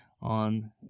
On